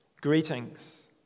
greetings